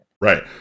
Right